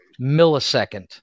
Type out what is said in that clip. millisecond